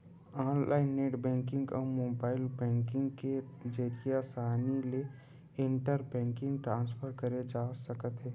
online net banking अउ mobile banking के जरिए असानी ले इंटर बेंकिंग ट्रांसफर करे जा सकत हे